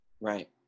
Right